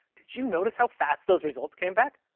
did you notice how fast those results came back?